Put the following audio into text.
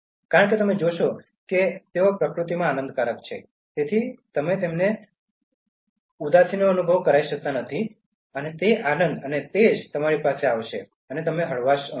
કારણ કે તમે જોશો કે તેઓ પ્રકૃતિમાં આનંદકારક છે તેથી તમે તેમને ઉદાસીનો અનુભવ કરતા નથી અને તે આનંદ અને તેજ તમારી પાસે આવશે અને તમને હળવાશથી અનુભવે છે